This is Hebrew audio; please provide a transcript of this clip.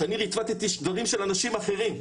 שאני ריטווטתי דברים של אנשים אחרים.